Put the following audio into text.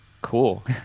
cool